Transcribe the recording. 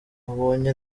abonye